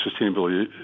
sustainability